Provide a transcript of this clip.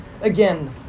again